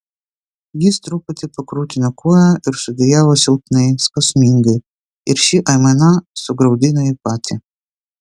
jis truputį pakrutino koją ir sudejavo silpnai skausmingai ir ši aimana sugraudino jį patį